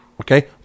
Okay